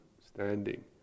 standing